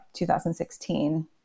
2016